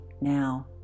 now